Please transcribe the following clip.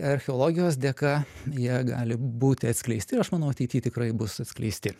archeologijos dėka jie gali būti atskleisti ir aš manau ateity tikrai bus atskleisti